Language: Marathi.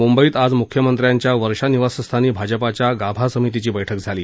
मंबईत आज मुख्यमंत्र्यांच्या वर्षा निवासस्थानी भाजपाच्या गाभा समितीची बैठक झाली